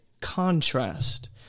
contrast